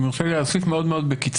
אם יורשה לי להוסיף מאוד בקיצור.